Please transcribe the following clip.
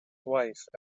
wife